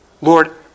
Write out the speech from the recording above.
Lord